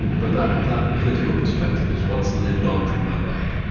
but that that political perspective is what's lived on from their work.